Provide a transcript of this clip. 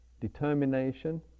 determination